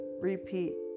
repeat